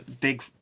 big